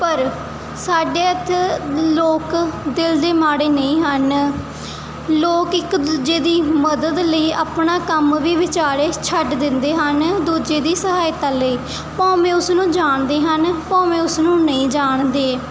ਪਰ ਸਾਡੇ ਇੱਥੇ ਲੋਕ ਦਿਲ ਦੇ ਮਾੜੇ ਨਹੀਂ ਹਨ ਲੋਕ ਇੱਕ ਦੂਜੇ ਦੀ ਮਦਦ ਲਈ ਆਪਣਾ ਕੰਮ ਵੀ ਵਿਚਾਲੇ ਛੱਡ ਦਿੰਦੇ ਹਨ ਦੂਜੇ ਦੀ ਸਹਾਇਤਾ ਲਈ ਭਾਵੇਂ ਉਸਨੂੰ ਜਾਣਦੇ ਹਨ ਭਾਵੇਂ ਉਸਨੂੰ ਨਹੀਂ ਜਾਣਦੇ